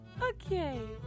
Okay